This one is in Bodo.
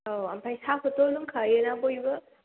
औ ओमफ्राय साहाखौथ' लोंखायोना बयबो